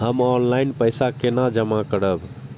हम ऑनलाइन पैसा केना जमा करब?